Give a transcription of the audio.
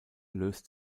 löst